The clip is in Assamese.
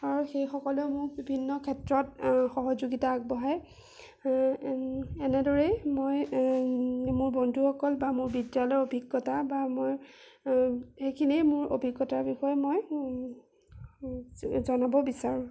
আৰু সেইসকলেও মোক বিভিন্ন ক্ষেত্ৰত সহযোগিতা আগবঢ়ায় এনেদৰেই মই মোৰ বন্ধুসকল বা মোৰ বিদ্যালয়ৰ অভিজ্ঞতা বা মই সেইখিনিয়ে মোৰ অভিজ্ঞতাৰ বিষয়ে মই জনা জনাব বিচাৰোঁ